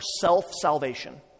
self-salvation